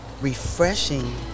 refreshing